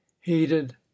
heated